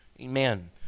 Amen